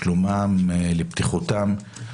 לשלומם ולבטיחותם.